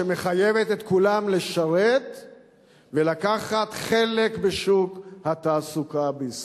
שמחייבת את כולם לשרת ולקחת חלק בשוק התעסוקה בישראל.